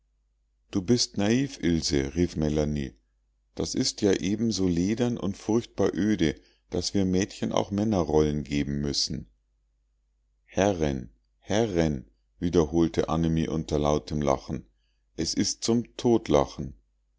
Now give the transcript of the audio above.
du bist naiv ilse rief melanie das ist ja eben so ledern und furchtbar öde daß wir mädchen auch männerrollen geben müssen herren herren wiederholte annemie unter lautem lachen es ist zum totlachen